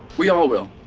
we all will,